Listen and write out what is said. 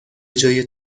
جای